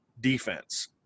defense